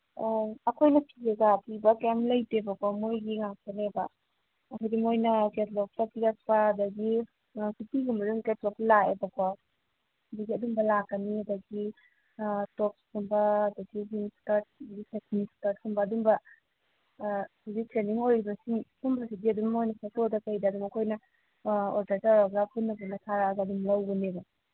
ꯑꯣ ꯑꯩꯈꯣꯏꯅ ꯀꯩꯝ ꯂꯩꯇꯦꯕꯀꯣ ꯃꯣꯏꯒꯤ ꯉꯥꯛꯇꯅꯦꯕ ꯑꯩꯈꯣꯏꯗꯤ ꯃꯣꯏꯅ ꯀꯦꯠꯂꯣꯛꯇ ꯄꯤꯔꯛꯄ ꯑꯗꯒꯤ ꯑ ꯀꯨꯔꯇꯤꯒꯨꯝꯕꯅ ꯀꯦꯠꯂꯣꯛꯇ ꯂꯥꯛꯑꯦꯕꯀꯣ ꯍꯧꯖꯤꯛꯇꯤ ꯑꯗꯨꯝꯕ ꯂꯥꯛꯀꯅꯤ ꯑꯗꯒꯤ ꯇꯣꯞꯁꯀꯨꯝꯕ ꯑꯗꯒꯤ ꯏꯁꯀꯔꯠ ꯑꯗꯒꯤ ꯁꯦꯇꯤꯟ ꯏꯁꯀꯔꯠ ꯑꯗꯨꯝꯕ ꯍꯧꯖꯤꯛ ꯇ꯭ꯔꯦꯟꯗꯤꯡ ꯑꯣꯏꯔꯤꯕ ꯁꯤ ꯁꯨꯝꯕꯁꯤꯗꯤ ꯑꯗꯨꯝ ꯃꯣꯏꯅ ꯏꯁꯇꯣꯔꯗ ꯀꯩꯗ ꯑꯩꯈꯣꯏꯅ ꯑꯣꯔꯗꯔ ꯇꯧꯔꯒ ꯄꯨꯟꯅ ꯄꯨꯟꯅ ꯊꯥꯔꯛꯑꯒ ꯑꯗꯨꯝ ꯂꯧꯕꯅꯦꯕ